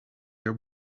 your